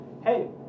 Hey